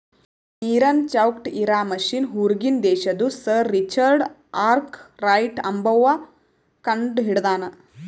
ನೀರನ್ ಚೌಕ್ಟ್ ಇರಾ ಮಷಿನ್ ಹೂರ್ಗಿನ್ ದೇಶದು ಸರ್ ರಿಚರ್ಡ್ ಆರ್ಕ್ ರೈಟ್ ಅಂಬವ್ವ ಕಂಡಹಿಡದಾನ್